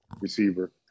receiver